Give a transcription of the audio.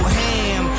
ham